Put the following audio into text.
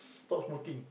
stop smoking